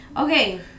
Okay